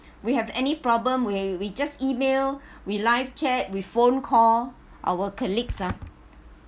we have any problem we we just email we live chat we phone call our colleagues ah